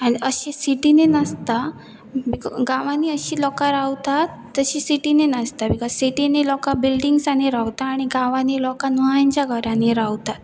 आनी अशी सिटीनी नासता गांवांनी अशी लोकां रावतात तशी सिटीनी नासता बिकॉज सिटीनी लोकां बिल्डीिंग्सांनी रावता आनी गांवांनी लोकां न्हवयच्या घरांनी रावतात